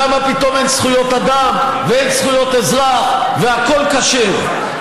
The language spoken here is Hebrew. שם פתאום אין זכויות אדם ואין זכויות אזרח והכול כשר.